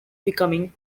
becoming